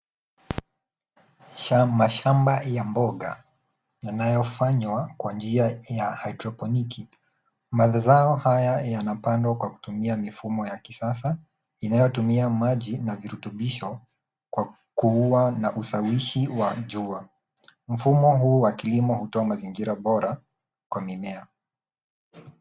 Mashamba ya mboga yanayofanywa kwa njia ya haidroponiki. Mali zao haya yanapandwa kwa kutumia mifumo wa kisasa inayotumia maji na virutobisho kwa kuuwa na kushawishi wa jua. Mfumo huu wa kilimo hutoa mazingira bora kwa mimea.